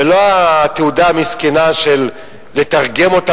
ולא התעודה המסכנה שלתרגם אותה,